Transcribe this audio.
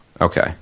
Okay